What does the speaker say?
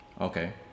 Okay